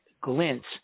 glints